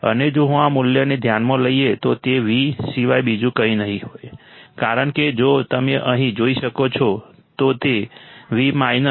અને જો હું આ મૂલ્યને ધ્યાનમાં લઈએ તો તે V સિવાય બીજું કંઈ નહીં હોય કારણ કે જો તમે અહીં જોઈ શકો છો તો તે V Vo R2 Vo R2 હશે